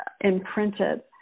imprinted